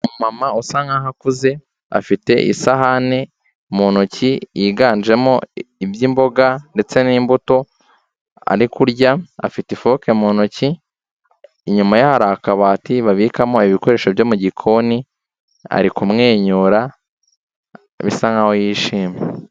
Umumama usa nk'aho akuze afite isahane mu ntoki yiganjemo ibyi'imboga ndetse n'imbuto ari kurya, afite ifoke mu ntoki, inyuma ye hari akabati babikamo ibikoresho byo mu gikoni, ari kumwenyura bisa nk'aho yishimye.